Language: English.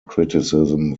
criticism